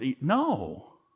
No